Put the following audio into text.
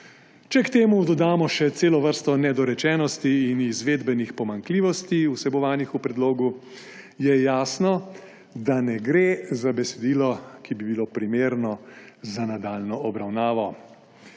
Če k temu dodamo še celo vrsto nedorečenosti in izvedbenih pomanjkljivosti, vsebovanih v predlogu, je jasno, da ne gre za besedilo, ki bi bilo primerno za nadaljnjo obravnavo.